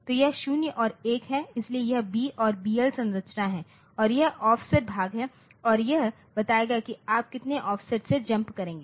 तो यह 0 और 1 है इसलिए यह B और BL संरचना है और यह ऑफसेट भाग है और यह बताएगा की आप कितने ऑफसेट से जम्प करेंगे